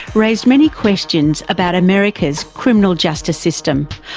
raised many questions about america's criminal justice system,